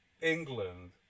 England